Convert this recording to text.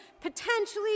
potentially